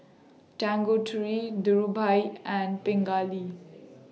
Tanguturi Dhirubhai and Pingali